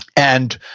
and,